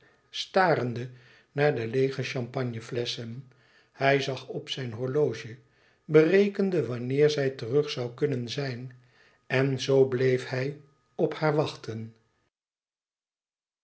starende naar de leêge champagneflesschen hij zag op zijn horloge berekende wanneer zij terug zoû kunnen zijn en zoo bleef hij op haar wachten